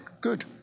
good